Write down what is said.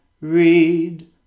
read